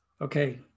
Okay